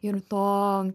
ir to